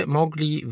mogli